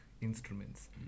instruments